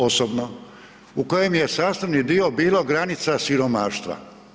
Osobno, u kojem je sastavni dio bilo granica siromaštva.